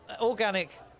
Organic